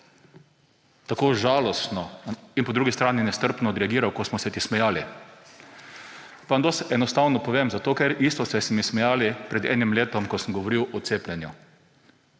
tako žalostno in po drugi strani nestrpno odreagiral, ko smo se ti smejali. Pa vam dosti enostavno povem, zato ker isto ste se mi smejali pred enim letom, ko sem govoril o cepljenju.